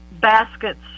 baskets